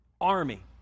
army